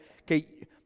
Okay